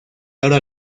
ahora